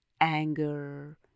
anger